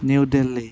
New Delhi